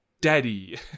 daddy